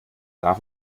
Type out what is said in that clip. darf